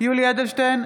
יולי יואל אדלשטיין,